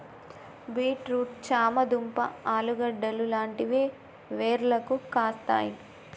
beet root చామ దుంప ఆలుగడ్డలు లాంటివి వేర్లకు కాస్తాయి